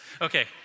Okay